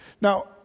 Now